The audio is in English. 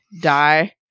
die